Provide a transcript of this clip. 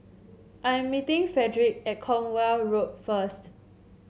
I am meeting Frederic at Cornwall Road first